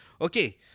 Okay